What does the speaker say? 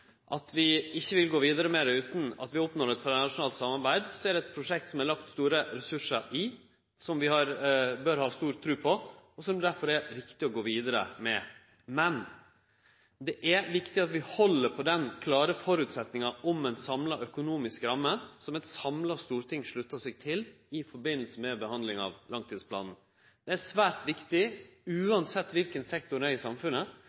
at vi ikkje ville gå vidare med det utan at vi oppnådde eit fleirnasjonalt samarbeid, så er det eit prosjekt som det er lagt store ressursar i, som vi bør ha stor tru på, og som det derfor er riktig å gå vidare med. Men det er viktig at vi held på den klare føresetnaden om ei samla økonomisk ramme, som eit samla storting slutta seg til ved behandlinga av langtidsplanen. Det er svært viktig – uansett kva for sektor det gjeld i samfunnet